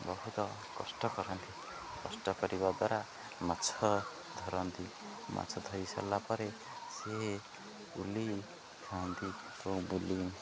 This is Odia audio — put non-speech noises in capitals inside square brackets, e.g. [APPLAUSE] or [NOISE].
ବହୁତ କଷ୍ଟ କରନ୍ତି କଷ୍ଟ କରିବା ଦ୍ୱାରା ମାଛ ଧରନ୍ତି ମାଛ ଧୋଇ ସରିଲା ପରେ ସେ ବୁଲି [UNINTELLIGIBLE]